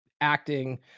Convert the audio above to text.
acting